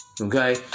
Okay